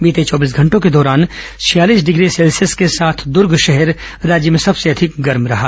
बीते चौबीस घंटों के दौरान छियालीस डिग्री सेल्सियस के साथ दुर्ग शहर राज्य में सबसे अधिक गर्म रहा